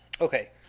Okay